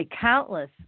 countless